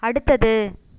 அடுத்தது